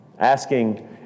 asking